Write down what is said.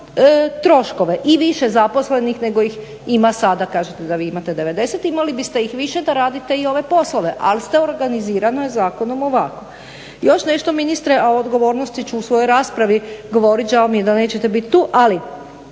troškove. I više zaposlenih nego ih ima sada. Kažete da vi imate 90, imali biste ih više da radite i ove poslove. Ali ste organizirano je zakonom ovako. Još nešto ministre, a o odgovornosti ću u svojoj raspravi govoriti, žao mi je da nećete biti tu, ali